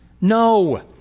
No